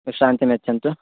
विश्रान्तिं यच्छन्तु